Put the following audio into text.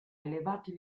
elevati